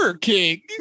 King